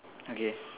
okay